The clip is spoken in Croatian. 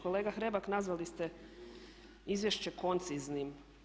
Kolega Hrebak, nazvali ste izvješće konciznim.